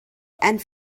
and